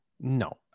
No